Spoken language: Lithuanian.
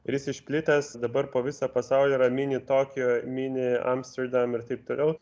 ir jis išplitęs dabar po visą pasaulį yra mini tokijo mini amsterdam ir taip toliau